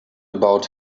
about